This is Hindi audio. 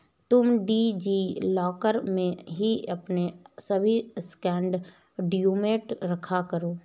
तुम डी.जी लॉकर में ही अपने सभी स्कैंड डाक्यूमेंट रखा करो